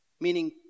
meaning